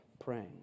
praying